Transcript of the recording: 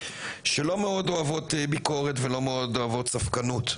שלא מאוד אוהבות ביקורת ולא מאוד אוהבות ספקנות.